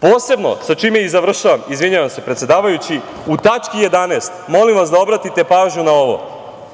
Posebno, sa čime i završavam, izvinjavam se predsedavajući, u tački 11, molim vas da obratite pažnju na ovo,